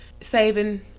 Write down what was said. saving